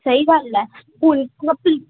ਸਹੀ ਗੱਲ ਹੈ ਹੁਣ